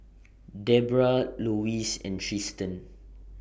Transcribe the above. Debrah Lois and Triston